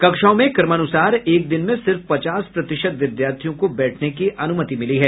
कक्षाओं में क्रमानुसार एक दिन में सिर्फ पचास प्रतिशत विद्यार्थियों को बैठने की अनुमति मिली है